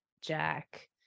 Jack